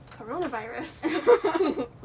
coronavirus